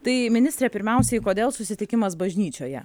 tai ministre pirmiausiai kodėl susitikimas bažnyčioje